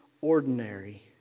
ordinary